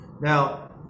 now